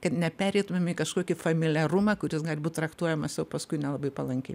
kad nepereitumėm į kažkokį familiarumą kuris gali būt traktuojamas o paskui nelabai palankiai